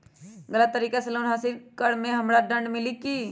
गलत तरीका से लोन हासिल कर्म मे हमरा दंड मिली कि?